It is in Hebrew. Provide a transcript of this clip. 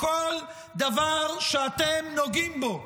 בכל דבר שאתם נוגעים בו